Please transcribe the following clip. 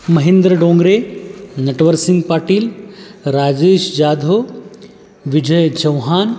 Mahindra Dongre Natwar Singh Patil Rajesh Jadhav Vijay Chavan